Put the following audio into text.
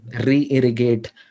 re-irrigate